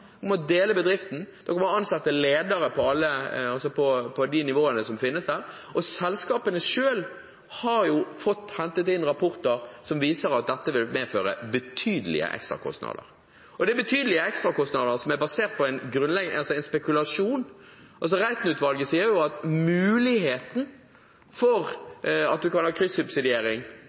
om: Dere er nødt til å dele bedriften opp i mye større grad enn dere har gjort – dere må dele opp bedriften. Dere må ansette ledere på de nivåene som finnes der. Selskapene selv har hentet inn rapporter som viser at dette vil medføre betydelige ekstrakostnader. Det er betydelige ekstrakostnader som er basert på en spekulasjon. Reiten-utvalget sier jo at muligheten for kryssubsidiering